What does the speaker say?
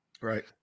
Right